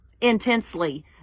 intensely